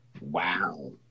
Wow